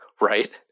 right